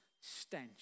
stench